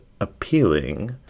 appealing